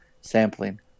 sampling